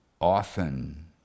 often